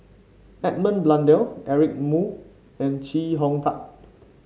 Edmund Blundell Eric Moo and Chee Hong Tat